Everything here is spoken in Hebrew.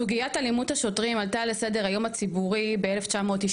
סוגיית אלימות השוטרים עלתה לסדר היום הציבורי ב-1992,